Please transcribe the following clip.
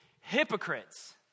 hypocrites